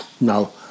no